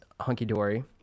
hunky-dory